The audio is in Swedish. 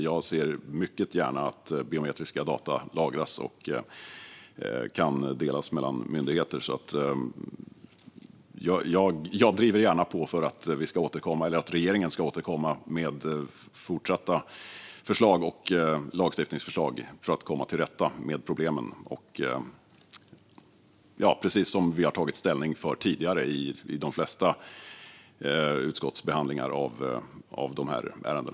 Jag ser mycket gärna att biometriska data lagras och kan delas mellan myndigheter, och jag driver på för att regeringen ska återkomma med fortsatta lagstiftningsförslag för att komma till rätta med problemen, precis som vi har tagit ställning för tidigare i de flesta utskottsbehandlingar av dessa ärenden.